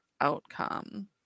outcome